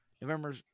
November